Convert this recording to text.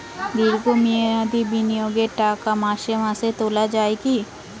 দীর্ঘ মেয়াদি বিনিয়োগের টাকা মাসে মাসে তোলা যায় কি?